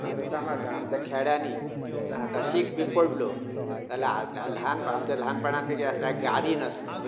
आतां सांगात आं आमच्या खेड्यानी आतां शीक बी पडलो जाल्या ल्हान आमचे ल्हान पणान बी कितें आसले गाडी नासली